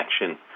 action